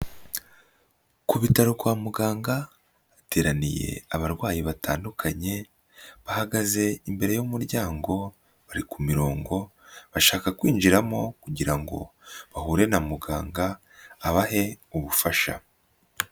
Ku bitaro kwa muganga hateraniye abarwayi batandukanye, bahagaze imbere y'umuryango, bari ku mirongo, barashaka kwinjiramo kugira ngo bahure na muganga abahe ubufasha.